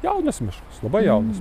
jaunas miškas labai jaunas